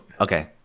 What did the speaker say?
Okay